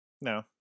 No